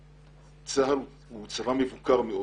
צה"ל הוא צבא מבוקר מאוד.